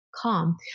calm